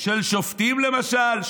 של שופטים למשל,